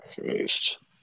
Christ